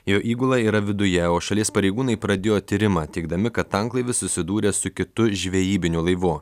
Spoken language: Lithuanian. jo įgula yra viduje o šalies pareigūnai pradėjo tyrimą teigdami kad tanklaivis susidūrė su kitu žvejybiniu laivu